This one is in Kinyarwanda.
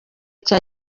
cya